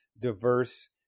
diverse